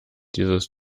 dieses